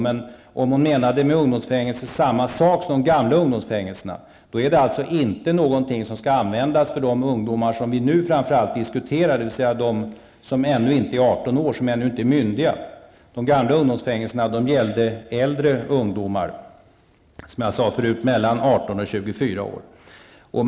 Men om hon med ungdomsfängelse menade samma sak som de gamla ungdomsfängelserna, så är det alltså inte någonting som skall användas för de ungdomar som vi nu framför allt diskuterar, dvs. de som ännu inte är 18 år, som ännu inte är myndiga. De gamla ungdomsfängelserna gällde äldre ungdomar, mellan 18 och 24 år, som jag sade förut.